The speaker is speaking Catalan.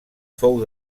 fou